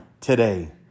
today